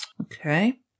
Okay